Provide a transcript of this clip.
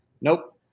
Nope